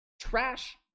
Trash